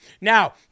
Now